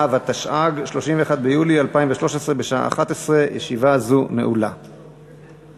בעד, 10, נגד, 2. הצעת חוק מבקר המדינה (תיקון מס'